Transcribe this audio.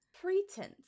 Pretense